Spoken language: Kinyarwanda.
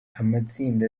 amatsinda